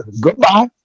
goodbye